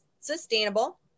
sustainable